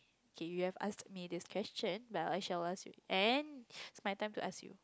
K you have asked me this question but I shall ask you and it's my time to ask you